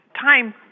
time